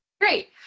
great